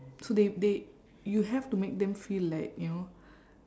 so they they you have to make them feel like you know